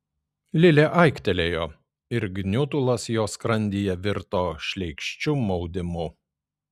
lilė aiktelėjo ir gniutulas jos skrandyje virto šleikščiu maudimu